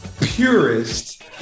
purist